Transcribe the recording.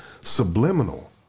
subliminal